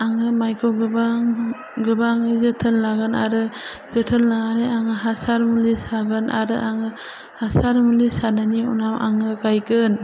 आङो माइखौ गोबां गोबाङै जोथोन लागोन आरो जोथोन लानानै आङो हासार मुलि सारगोन आरो आङो हासार मुलि सारनायनि उनाव आङो गायगोन